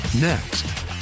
Next